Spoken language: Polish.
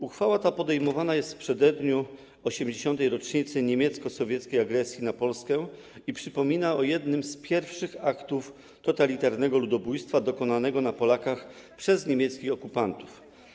Uchwała ta jest podejmowana w przededniu 80. rocznicy niemiecko-sowieckiej agresji na Polskę i przypomina o jednym z pierwszych aktów totalitarnego ludobójstwa dokonanego na Polakach przez niemieckich okupantów.